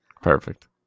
Perfect